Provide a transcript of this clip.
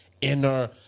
inner